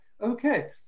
okay